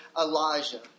Elijah